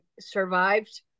survived